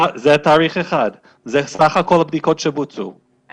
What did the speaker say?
זה סך כל הבדיקות שבוצעו.